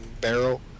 barrel